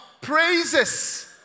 praises